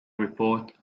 report